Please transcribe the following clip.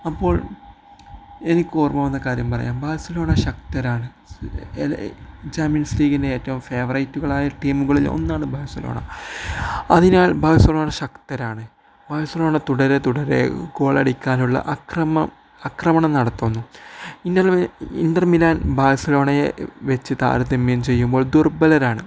അപ്പോൾ എനിക്ക് ഓർമ്മ വന്ന കാര്യം പറയാം ബാഴ്സലോണ ശക്തരാണ് ചാമ്പ്യൻസ് ലീഗിൻ്റെ ഏറ്റവും ഫേവറേറ്റുകളായ ടീമുകളിൽ ഒന്നാണ് ബാഴ്സലോണ അതിനാൽ ബാഴ്സലോണ ശക്തരാണ് ബാഴ്സലോണ തുടരെ തുടരെ ഗോളടിക്കാനുള്ള ആക്രമണം നടത്തുന്നു ഇൻറർ മിലാൻ ബാഴ്സലോണയെ വെച്ച് താരതമ്യം ചെയ്യുമ്പോൾ ദുർബലരാണ്